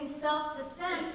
self-defense